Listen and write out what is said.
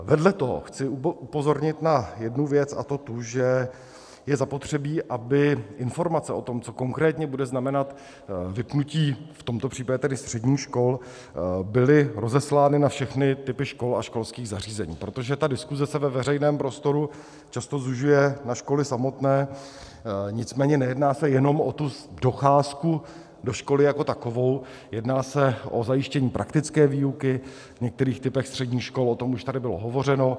Vedle toho chci upozornit na jednu věc, a to tu, že je zapotřebí, aby informace o tom, co konkrétně bude znamenat vypnutí v tomto případě tedy středních škol, byly rozeslány na všechny typy škol a školských zařízení, protože ta diskuse se ve veřejném prostoru často zužuje na školy samotné, nicméně nejedná se jenom o tu docházku do školy jako takovou, jedná se o zajištění praktické výuky v některých typech středních škol, o tom už tady bylo hovořeno.